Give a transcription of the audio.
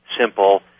simple